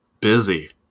busy